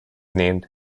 named